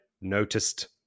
noticed